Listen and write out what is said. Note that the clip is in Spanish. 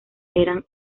eran